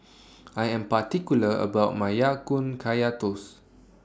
I Am particular about My Ya Kun Kaya Toast